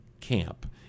camp